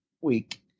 week